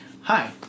Hi